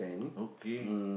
okay